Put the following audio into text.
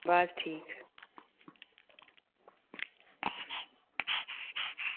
बस ठीक